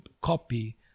copy